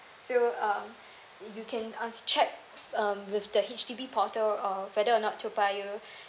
so um you can alw~ check um with the H_D_B portal uh whether or not toa payoh